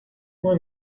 uma